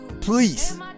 please